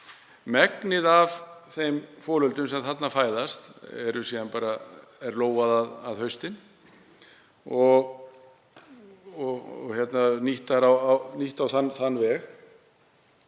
Megninu af þeim folöldum sem þar fæðast er síðan lógað á haustin og nýtt á þann veg.